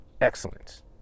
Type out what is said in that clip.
Excellence